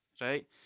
right